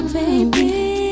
baby